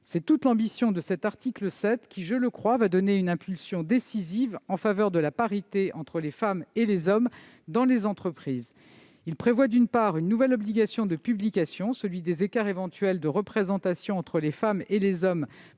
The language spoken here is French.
C'est toute l'ambition de cet article 7 qui, je le crois, va donner une impulsion décisive en faveur de la parité entre les femmes et les hommes dans les entreprises. Il prévoit, d'une part, une nouvelle obligation de publication relative aux écarts éventuels de représentation entre les femmes et les hommes